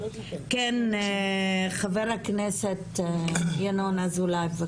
כן, חה"כ ינון אזולאי בבקשה.